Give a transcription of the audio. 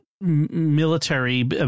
military